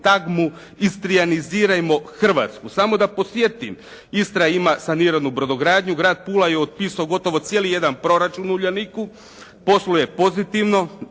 sintagmu istrianizirajmo Hrvatsku. Samo da podsjetim, Istra ima saniranu brodogradnju, grad Pula je otpisao gotovo cijeli jedan proračun Uljaniku, posluje pozitivno,